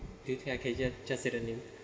you think I can hear just say the name